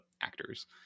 actors